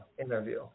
interview